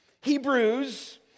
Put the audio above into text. Hebrews